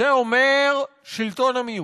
זה אומר שלטון המיעוט.